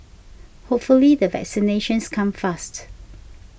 hopefully the vaccinations come fast